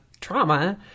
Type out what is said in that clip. trauma